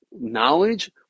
knowledge